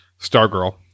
Stargirl